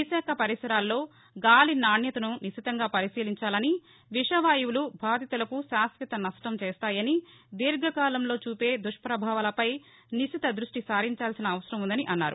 విశాఖ పరిసరాల్లో గాలి నాణ్యతను నిశితంగా పరిశీలించాలని విషవాయువులు బాధితులకు శాశ్వత నష్టం చేస్తాయని దీర్ఘకాలంలో చూపే దక్ష్పభావాలపై నిశిత దృష్టి సారించాల్సి ఉందని అన్నారు